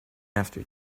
after